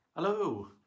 Hello